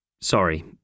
Sorry